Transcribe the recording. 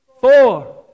four